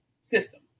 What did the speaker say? system